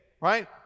Right